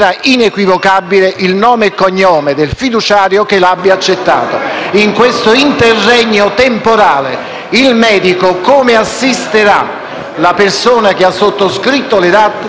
in questo interregno temporale il medico assisterà la persona che ha sottoscritto le DAT nell'ambito delle quali ci saranno delle volontà che potrebbero essere